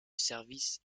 service